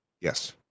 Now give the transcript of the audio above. yes